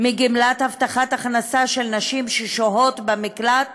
מגמלת הבטחת הכנסה של נשים ששוהות במקלט